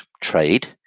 trade